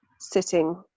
sitting